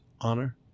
honor